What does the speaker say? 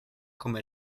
come